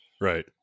right